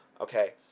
okay